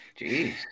Jeez